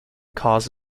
cause